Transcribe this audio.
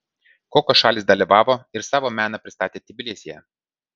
kokios šalys dalyvavo ir savo meną pristatė tbilisyje